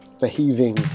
behaving